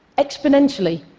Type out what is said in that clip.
exponentially.